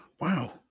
wow